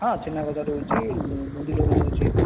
ହଁ ଛେନାଗଜା ରହୁଛି ବୁନ୍ଦି ଲଡ଼ୁ ରହୁଛି